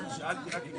מי נגד?